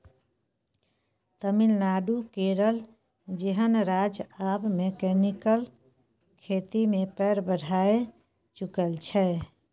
तमिलनाडु, केरल जेहन राज्य आब मैकेनिकल खेती मे पैर बढ़ाए चुकल छै